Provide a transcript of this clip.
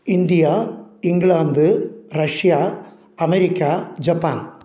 India England Russia America Japan